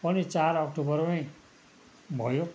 पनि चार अक्टोबरमै भयो